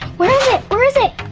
where is it? where is it?